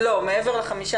לא, מעבר ל-15.